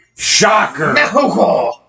Shocker